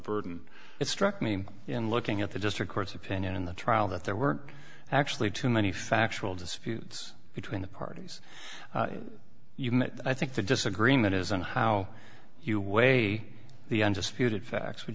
burden it struck me in looking at the district court's opinion in the trial that there were actually too many factual disputes between the parties i think the disagreement is and how you weigh the undisputed facts would